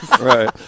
right